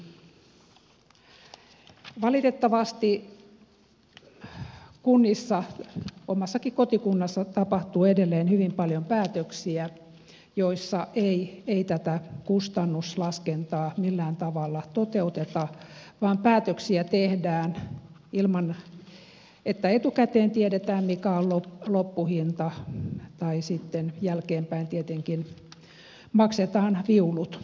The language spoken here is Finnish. valitettavasti kunnissa omassakin kotikunnassani tapahtuu edelleen hyvin paljon päätöksiä joissa ei tätä kustannuslaskentaa millään tavalla toteuteta vaan päätöksiä tehdään ilman että etukäteen tiedetään mikä on loppuhinta ja sitten jälkeenpäin tietenkin maksetaan viulut